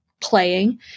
playing